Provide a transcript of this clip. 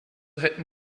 hätten